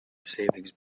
savings